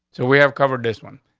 so we have covered this one.